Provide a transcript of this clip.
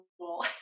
cool